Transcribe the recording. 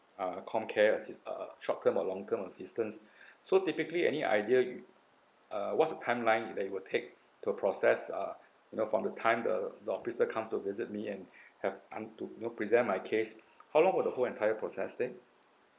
uh comcare assist uh short term or long term assistance so typically any idea you uh what's the timeline that it'll take to process uh you know from the time the the officer come to visit me and help unto you know present my case how long will the whole entire process take